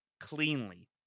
cleanly